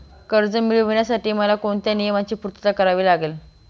कर्ज मिळविण्यासाठी मला कोणत्या नियमांची पूर्तता करावी लागेल?